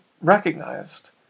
recognized